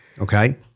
Okay